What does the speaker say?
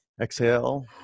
exhale